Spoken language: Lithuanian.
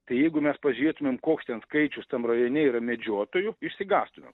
tai jeigu mes pažiūrėtumėm koks ten skaičius tam rajone yra medžiotojų išsigąstumėm